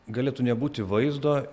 galėtų nebūti vaizdo